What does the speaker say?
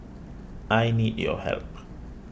I need your help